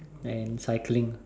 and cycling